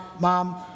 mom